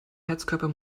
heizkörper